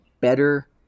better